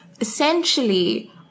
essentially